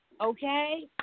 okay